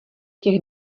těch